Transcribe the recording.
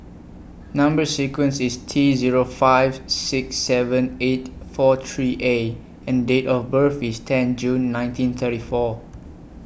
Number sequence IS T Zero five six seven eight four three A and Date of birth IS ten June nineteen thirty four